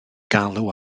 galw